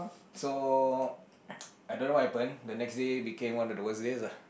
so I don't know what happen the next day became one of the worst days ah